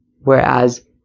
Whereas